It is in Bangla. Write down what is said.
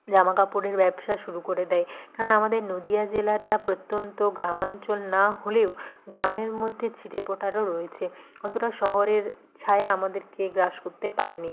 জামা কাপড়ের ব্যবসা শুরু করে দেয় কারণ আমাদের নদীয়া জেলাটা প্রত্যন্ত গ্রামাঞ্চল না হলেও গ্রামের মধ্যে ছিটেফোটাও রয়েছে অতটা শহরের ছায়া আমাদেরকে গ্রাস করতে পারে নি